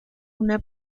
una